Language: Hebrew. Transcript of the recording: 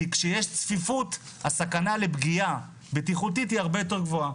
כי כשיש צפיפות הסכנה לפגיעה בטיחותית היא הרבה יותר גבוהה,